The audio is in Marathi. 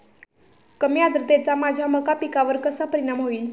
कमी आर्द्रतेचा माझ्या मका पिकावर कसा परिणाम होईल?